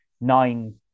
nine